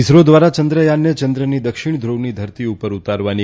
ઇસરો દ્વારા ચંદ્રયાનને ચંદ્રની દક્ષિણ ધ્રુવની ધરતી ઉપર ઉતારવાની